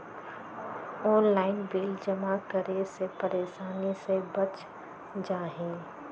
Online bill जमा करे से परेशानी से बच जाहई?